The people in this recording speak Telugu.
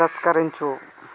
తిరస్కరించు